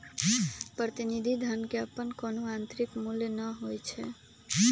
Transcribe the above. प्रतिनिधि धन के अप्पन कोनो आंतरिक मूल्य न होई छई